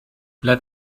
let